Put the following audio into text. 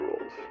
rules